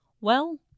Well